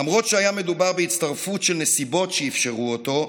למרות שהיה מדובר בצירוף של נסיבות שאפשרו אותו,